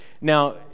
Now